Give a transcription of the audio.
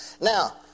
Now